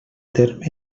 terme